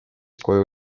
koju